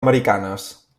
americanes